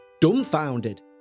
dumbfounded